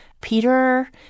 Peter